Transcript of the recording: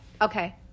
Okay